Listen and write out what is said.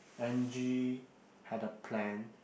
Angie had a plan